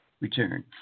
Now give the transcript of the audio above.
return